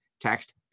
Text